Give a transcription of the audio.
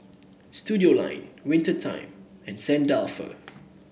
Studioline Winter Time and Saint Dalfour